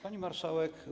Pani Marszałek!